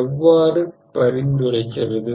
எவ்வாறு பரிந்துரைக்கிறது